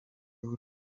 w’u